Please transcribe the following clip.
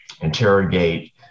interrogate